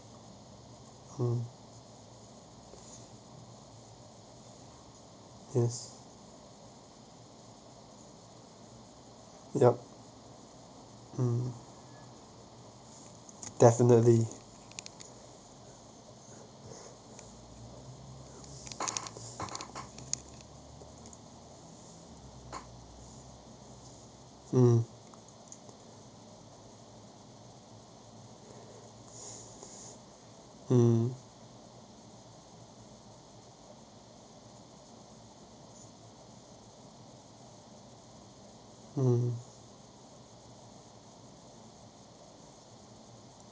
uh yes yup uh uh uh uh